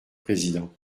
président